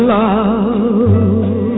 love